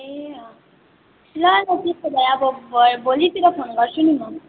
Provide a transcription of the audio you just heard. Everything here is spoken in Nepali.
ए अँ ल ल त्यसो भए अब भ भोलितिर फोन गर्छु नि म